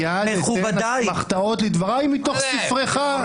מייד אתן אסמכתות לדבריי מתוך ספרך.